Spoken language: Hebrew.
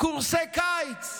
קורסי קיץ,